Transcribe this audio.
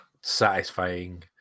satisfying